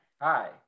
Hi